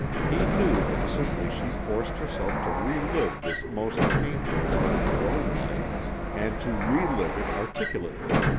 he knew that simply she forced herself to re-live this most painful part of her own life and to re-live it articulately.